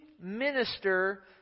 minister